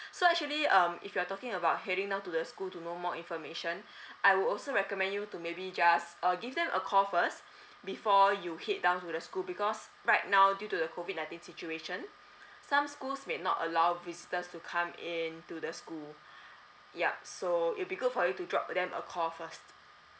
so actually um if you are talking about heading down to the school to know more information I would also recommend you to maybe just uh give them a call first before you head down to the school because right now due to the COVID nineteen situation some schools may not allow visitors to come in to the school yup so it would be good for you to drop them a call first